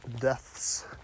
deaths